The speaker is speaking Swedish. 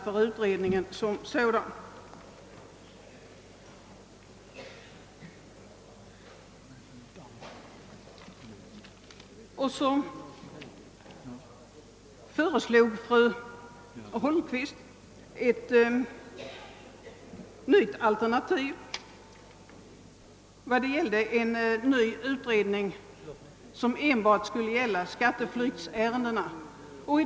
Fru Holmqvist har nu framställt ett annat yrkande, nämligen begäran om en utredning som enbart skulle gälla skatteflykt.